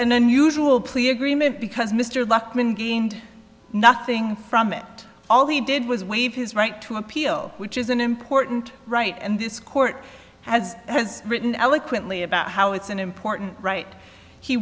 very unusual plea agreement because mr lukman gained nothing from it all he did was waive his right to appeal which is an important right and this court has written eloquently about how it's an important right he